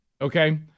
Okay